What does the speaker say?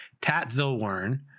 Tatzilwern